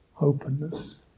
openness